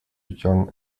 young